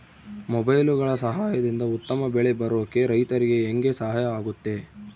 ಮೊಬೈಲುಗಳ ಸಹಾಯದಿಂದ ಉತ್ತಮ ಬೆಳೆ ಬರೋಕೆ ರೈತರಿಗೆ ಹೆಂಗೆ ಸಹಾಯ ಆಗುತ್ತೆ?